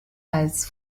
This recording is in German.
als